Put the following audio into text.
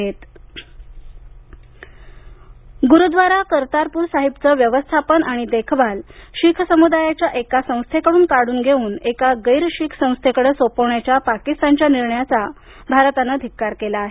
करतारप्र गुरुद्वारा करतारपूर साहिबचं व्यवस्थापन आणि देखभाल शीख समुदायाच्या एका संस्थेकडून काढून घेऊन एका गैर शीख संस्थेकडं सोपवण्याच्या पाकिस्तानच्या निर्णयाचा भारतानं धिःकार केला आहे